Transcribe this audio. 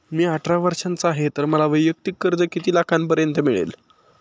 मी अठरा वर्षांचा आहे तर मला वैयक्तिक कर्ज किती लाखांपर्यंत मिळेल?